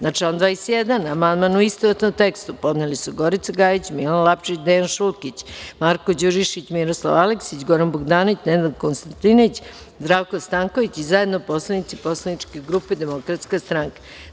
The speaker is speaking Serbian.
Na član 21. amandmane u istovetnom tekstu, podneli su Gorica Gajić, Milan Lapčević i Dejan Šulkić, Marko Đurišić, Miroslav Aleksić, Goran Bogdanović, Nenad Konstantinović, Zdravko Stanković, i zajedno narodni poslanici Poslaničke grupe Demokratske stranke.